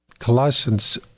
Colossians